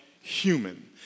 human